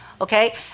okay